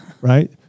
right